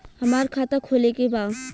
हमार खाता खोले के बा?